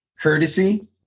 courtesy